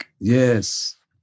Yes